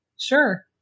Sure